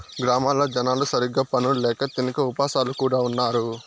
గ్రామాల్లో జనాలు సరిగ్గా పనులు ల్యాక తినక ఉపాసాలు కూడా ఉన్నారు